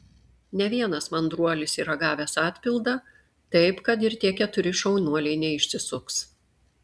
ne vienas mandruolis yra gavęs atpildą taip kad ir tie keturi šaunuoliai neišsisuks